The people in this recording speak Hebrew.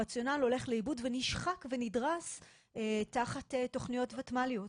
הרציונל הולך לאיבוד ונשחק ונדרס תחת תכניות וותמ"ליות,